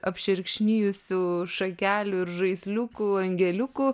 apšerkšnijusių šakelių ir žaisliukų angeliukų